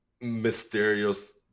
mysterious